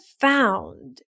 found